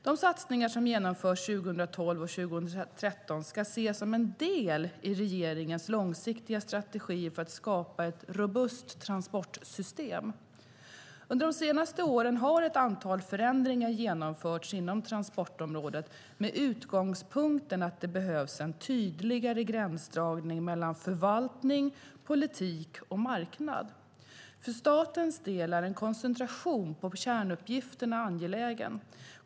De satsningar som genomförs 2012 och 2013 ska ses som en del i regeringens långsiktiga strategi för att skapa ett robust transportsystem. Under de senaste åren har ett antal förändringar genomförts inom transportområdet med utgångspunkten att det behövs en tydligare gränsdragning mellan förvaltning, politik och marknad. För statens del är en koncentration på kärnuppgifterna angelägen.